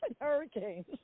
hurricanes